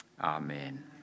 amen